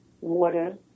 water